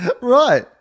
Right